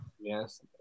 Yes